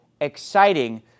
exciting